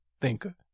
thinker